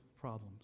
problems